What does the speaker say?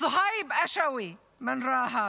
סוהייב אשווי מרהט,